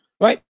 Right